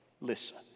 listen